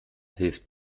hilft